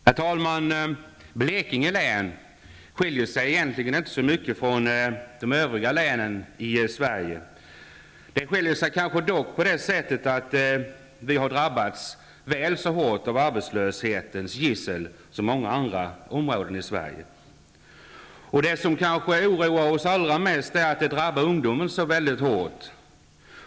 Herr talman! Blekinge län skiljer sig egentligen inte så mycket från de övriga länen i Sverige. Det skiljer sig kanske dock på det sättet att det har drabbats väl så hårt av arbetslöshetens gissel som många andra områden i Sverige. Det som kanske oroar oss allra mest är att ungdomen drabbas så väldigt hårt.